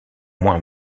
moins